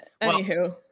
Anywho